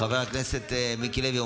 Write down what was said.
חבר הכנסת מיקי לוי,